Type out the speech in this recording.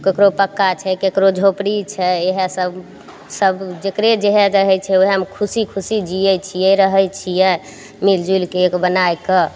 ककरो पक्का छै ककरो झोपड़ी छै इएह सब सब जकरे जएह रहय छै वएहमे खुशी खुशी जियै छियै रहय छियै मिल जुलिके एक बनाके